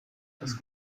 das